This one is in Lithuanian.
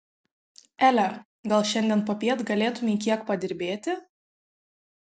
ele gal šiandien popiet galėtumei kiek padirbėti